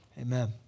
Amen